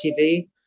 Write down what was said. tv